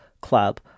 Club